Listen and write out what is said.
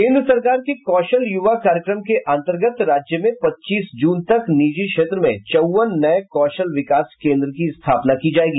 केन्द्र सरकार के कौशल युवा कार्यक्रम के अंतर्गत राज्य में पच्चीस जून तक निजी क्षेत्र में चौवन नये कौशल विकास केन्द्र की स्थापना की जायेगी